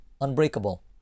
unbreakable